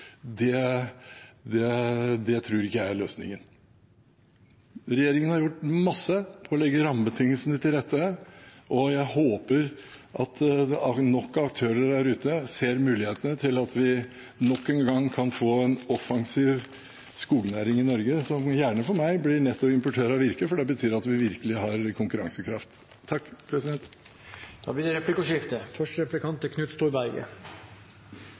ikke det er løsningen. Regjeringen har gjort masse for å legge rammebetingelsene til rette, og jeg håper at nok av aktører der ute ser mulighetene til at vi nok en gang kan få en offensiv skognæring i Norge, som gjerne for meg blir nettoimportør av virke, for det betyr at vi virkelig har konkurransekraft. Det blir replikkordskifte. Jeg skal fortsette litt der representanten Gundersen slapp i sitt innlegg. Det er